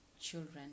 children